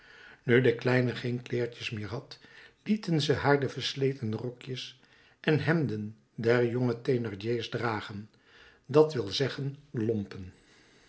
nu de kleine geen kleertjes meer had lieten ze haar de versleten rokjes en hemden der jonge thénardier's dragen dat wil zeggen lompen